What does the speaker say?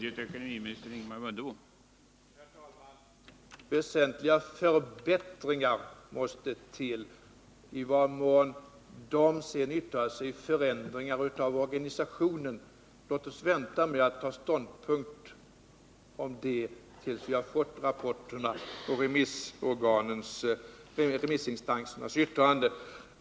Herr talman! Väsentliga förbättringar måste genomföras. Låt mig sedan beträffande frågan i vad mån de skall få formen av förändringar av organisationen vänta med att ta ståndpunkt tills vi har fått rapporten och remissinstansernas yttranden.